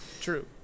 true